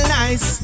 nice